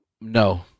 no